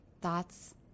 thoughts